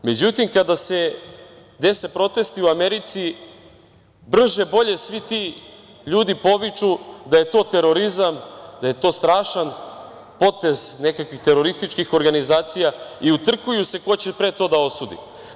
Međutim, kada se dese protesti u Americi, brže bolje svi ti ljudi poviču da je to terorizam, da je to strašan potez nekakvih terorističkih organizacija i utrkuju se ko će pre to da osudi.